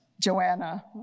Joanna